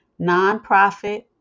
Nonprofit